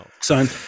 son